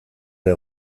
ere